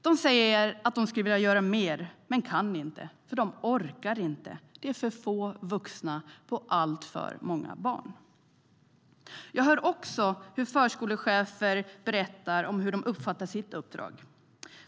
De säger att de skulle vilja göra mer, men de kan inte. De orkar inte för att de är för få vuxna för alltför många barn. Jag hör också hur förskolechefer berättar om hur de uppfattar sitt uppdrag.